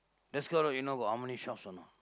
Deskar road you know got how many shops or not